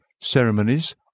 ceremonies